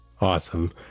Awesome